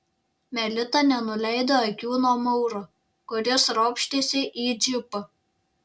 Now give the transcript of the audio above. melita nenuleido akių nuo mauro kuris ropštėsi į džipą